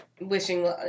wishing